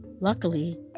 Luckily